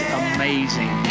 amazing